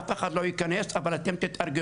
אף אחד לא ייכנס, אבל אתם תתארגנו,